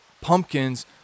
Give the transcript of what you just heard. pumpkins